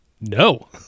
No